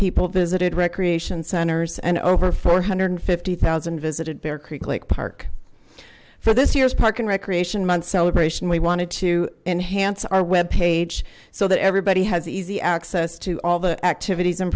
people visited recreation centers and over four hundred and fifty thousand visited bear creek lake park for this year's park and recreation month celebration we wanted to enhance our webpage so that everybody has easy access to all the activities and